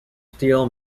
steel